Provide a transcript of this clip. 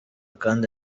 kandi